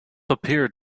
appeared